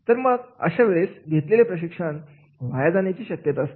मग अशा वेळेस घेतलेले प्रशिक्षण वाया जाण्याची शक्यता असते